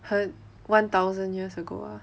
很 one thousand years ago ah